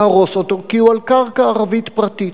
להרוס אותו כי הוא על קרקע ערבית פרטית.